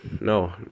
No